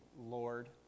Lord